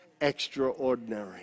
extraordinary